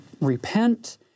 repent